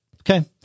Okay